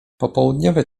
popołudniowe